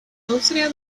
austria